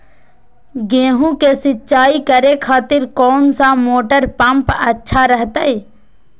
गेहूं के सिंचाई करे खातिर कौन सा मोटर पंप अच्छा रहतय?